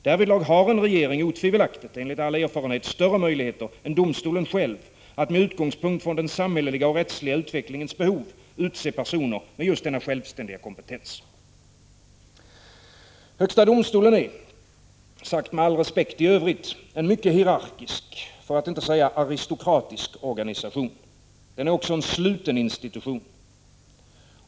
Därvidlag har en regering enligt all erfarenhet otvivelaktigt större möjligheter än domstolen själv att med utgångspunkt i den samhälleliga och rättsliga utvecklingens behov utse personer med just denna självständiga kompetens. 55 Högsta domstolen är — sagt med all respekt i övrigt — en mycket hierarkisk, 27 november 1985 förattinte säga aristokratisk organisation. Den är också en sluten institution.